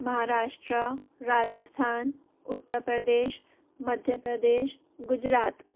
Maharashtra Rajasthan Uttar Pradesh Madhya Pradesh Gujarat